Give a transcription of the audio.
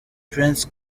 prince